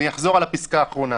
אני אחזור על הפסקה האחרונה: